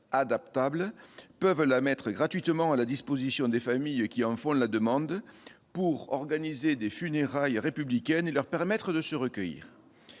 adaptable peuvent la mettre gratuitement à la disposition des familles qui en font la demande, pour organiser des funérailles républicaine et leur permettre de se recueillir,